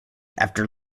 after